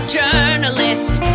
journalist